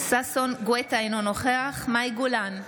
ששון ששי גואטה, אינו נוכח מאי גולן,